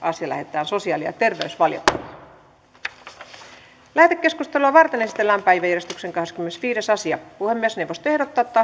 asia lähetetään sosiaali ja terveysvaliokuntaan lähetekeskustelua varten esitellään päiväjärjestyksen kahdeskymmenesviides asia puhemiesneuvosto ehdottaa että